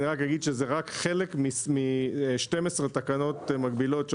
אני רק אומר שזה רק חלק מ-12 תקנות מקבילות.